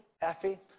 Effie